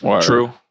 true